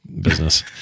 business